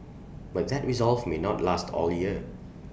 but that resolve may not last all year